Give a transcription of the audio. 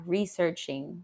Researching